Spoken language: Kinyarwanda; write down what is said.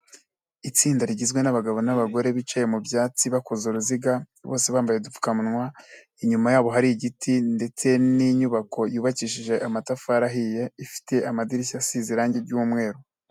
Itsinda rigizwe n'abagabo n'abagore bicaye mu byatsi bakoze uruziga, bose bambaye udupfukamunwa, inyuma yabo hari igiti ndetse n'inyubako yubakishije amatafariahiye, ifite amadirishya asize irangi ry'umweru.